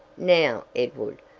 now, edward,